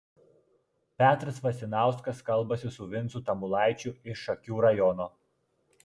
petras vasinauskas kalbasi su vincu tamulaičiu iš šakių rajono